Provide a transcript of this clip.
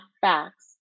facts